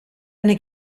eine